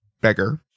beggar